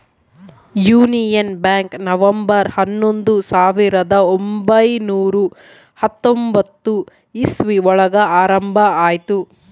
union Bank November ಹನ್ನೊಂದು ಸಾವಿರದ ಒಂಬೈನುರ ಹತ್ತೊಂಬತ್ತು ಇಸ್ವಿ ಒಳಗ ಆರಂಭ ಆಯ್ತು